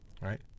right